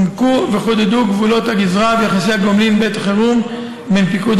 הועמקו וחודדו גם גבולות הגזרה ויחסי הגומלין בעת חירום בין פיקוד